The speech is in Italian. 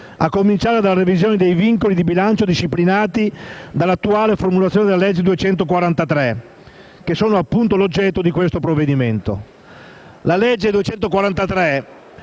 a cominciare dalla revisione dei vincoli di bilancio disciplinati dall'attuale formulazione della legge n. 243 del 2012, che sono appunto l'oggetto del nostro provvedimento. La legge n.